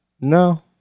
No